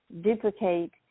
duplicate